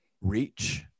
reach